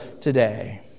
today